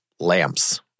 lamps